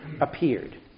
appeared